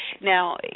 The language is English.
Now